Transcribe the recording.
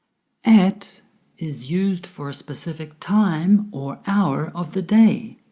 at is used for a specific time or hour of the day.